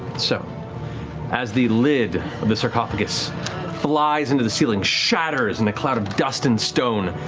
so as the lid of the sarcophagus flies into the ceiling, shatters in a cloud of dust and stone,